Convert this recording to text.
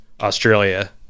Australia